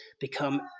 become